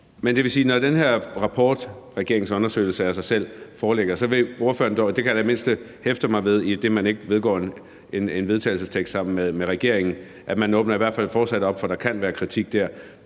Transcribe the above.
Det vil sige, at når den her rapport – regeringens undersøgelse af sig selv – foreligger, vil ordføreren dog, og det kan jeg da i det mindste hæfte mig ved, idet man ikke indgår i en vedtagelsestekst sammen med regeringen, i hvert fald fortsat åbne op for, at der kan være kritik der.